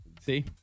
See